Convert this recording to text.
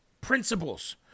principles